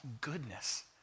goodness